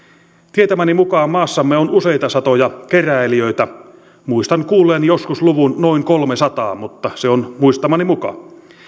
tietämäni mukaan maassamme on useita satoja keräilijöitä muistan kuulleeni joskus luvun noin kolmesataa mutta se on muistamani mukaan